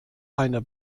eine